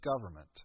government